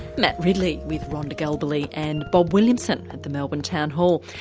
matt ridley with rhonda galbally and bob williamson at the melbourne town hall.